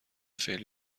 فعلی